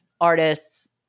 artists